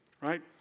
Right